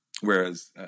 whereas